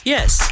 Yes